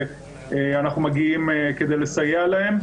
שאנחנו מגיעים כדי לסייע להם.